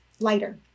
lighter